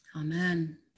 Amen